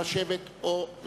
נשיא מדינת ישראל מר שמעון פרס,